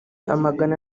amagana